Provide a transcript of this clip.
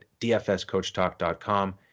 dfscoachtalk.com